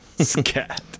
Scat